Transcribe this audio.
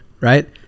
Right